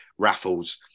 raffles